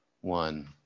one